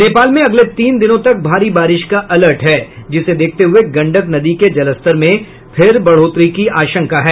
नेपाल में अगले तीन दिनों तक भारी बारिश का अलर्ट है जिसे देखते हुए गंडक नदी के जलस्तर में फिर बढ़ोतरी की आशंका है